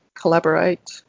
collaborate